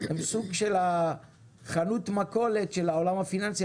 הם סוג של חנות מכולת של העולם הפיננסי,